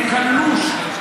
הוא קלוש.